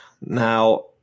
Now